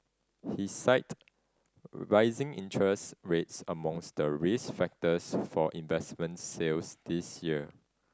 he cited rising interest rates amongst the risk factors for investment sales this year